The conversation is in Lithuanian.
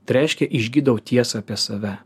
tai reiškia išgydau tiesą apie save